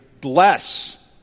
bless